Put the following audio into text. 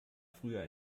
früher